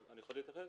אני יכול להתייחס?